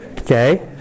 okay